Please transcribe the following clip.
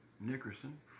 Nickerson